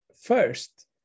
first